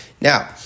Now